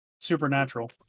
Supernatural